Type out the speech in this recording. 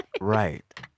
Right